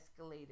escalated